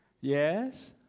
Yes